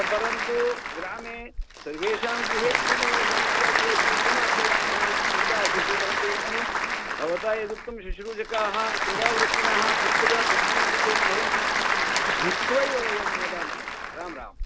परन्तु ग्रामे सर्वेषां गृहे इयमेव समस्या चेत् कमाह्वयामः इति चिन्ता आसीत् परन्तु इदानीं भवता यदुक्तं शुश्रूषकाः सेवावृत्तिनः पुत्रपुत्रीरूपेण भवन्ति इति श्रुत्वैव वयं मोदामहे रां राम्